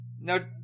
no